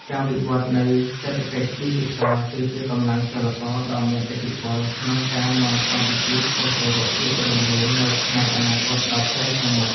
ការវិវត្តនៃសេដ្ឋកិច្ចឌីជីថលគឺជាកម្លាំងចលករដ៏មានឥទ្ធិពលក្នុងការនាំកម្ពុជាឆ្ពោះទៅរកភាពរុងរឿងនៅថ្ងៃអនាគតដ៏ខ្លីខាងមុខ។